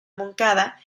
moncada